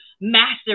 massive